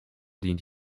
dient